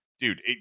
Dude